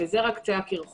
וזה רק קצה הקרחון.